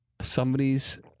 somebody's